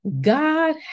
God